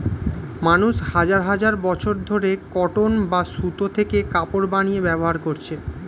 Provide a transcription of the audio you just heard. মানুষ হাজার হাজার বছর ধরে কটন বা সুতো থেকে কাপড় বানিয়ে ব্যবহার করছে